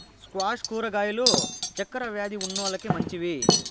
squash కూరగాయలు చక్కర వ్యాది ఉన్నోలకి మంచివి